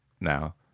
now